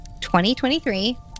2023